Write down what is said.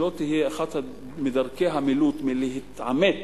שלא תהיה אחת מדרכי המילוט מלהתעמת